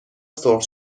سرخ